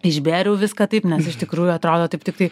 išbėriau viską taip nes iš tikrųjų atrodo taip tiktai